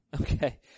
Okay